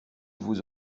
vous